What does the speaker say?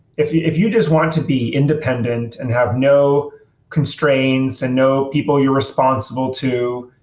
if you if you just want to be independent and have no constraints and no people you're responsible to,